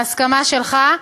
בהסכמה שלך,